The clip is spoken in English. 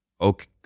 Okay